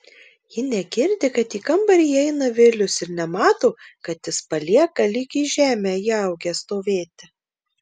ji negirdi kad į kambarį įeina vilius ir nemato kad jis palieka lyg į žemę įaugęs stovėti